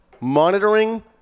monitoring